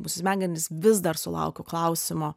mūsų smegenis vis dar sulaukiu klausimo